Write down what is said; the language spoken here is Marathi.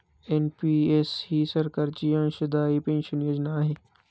एन.पि.एस ही सरकारची अंशदायी पेन्शन योजना आहे